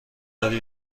داری